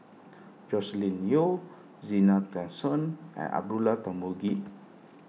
Joscelin Yeo Zena Tessensohn and Abdullah Tarmugi